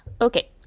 Okay